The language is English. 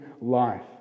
life